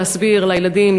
להסביר לילדים,